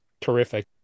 terrific